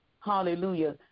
hallelujah